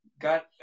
Got